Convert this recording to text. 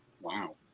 Wow